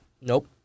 Nope